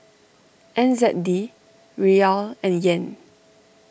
N Z D Riyal and Yen